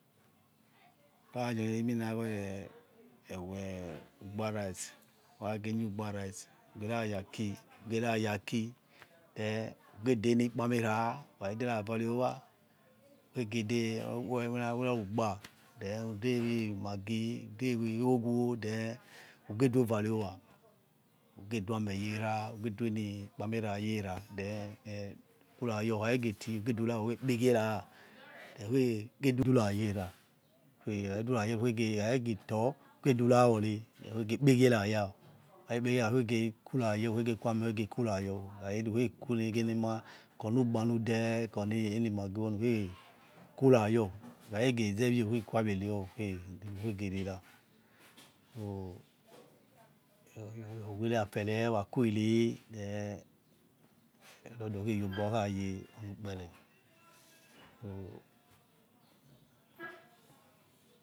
Uranieneminawe ewe ugba rice ukha geh nu ugba rice ura ya aki uga rah ya ai tuen uge denikpame rah ukhakhederavare owa ukhegedei eh emi na naweroru ugba then who dey ewi maggi ude wi ogho then uge du vare owa ugeh du a meh yerah ugedueni ikpame rah yerah then eh ukura your okhakhegeh ukhedurawor ugekpeghi erah ukhe gedura yor erah ukheya ukhaduraye rah ekhakhegeh tor ugedura woreh ukhegekpegieh rayah ukhaghera ukhegeh kurayor ukhrgrh kuo ameh oror ukhege kuru yor orkha weh ukhe nege enemah kho oni ugba nudeh khoni enumabo ukheh kurayor okhakhegezeweh ukhe quie aviri owor ukhegeh rerah so uwere aferieh waquwere then ordordar okheyei obi rokha yei ukpere so